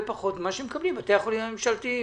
פחות ממה שמקבלים בתי החולים הממשלתיים?